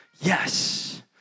Yes